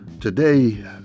today